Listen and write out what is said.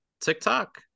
TikTok